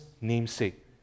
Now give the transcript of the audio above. namesake